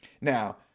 Now